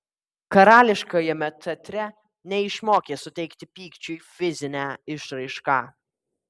karališkajame teatre neišmokė suteikti pykčiui fizinę išraišką